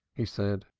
he said.